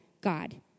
God